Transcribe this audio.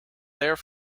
there